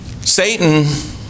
Satan